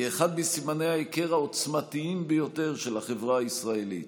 היא אחד מסימני ההיכר העוצמתיים ביותר של החברה הישראלית.